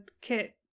kit